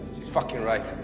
she's fucking right.